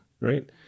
right